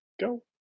go